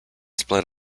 split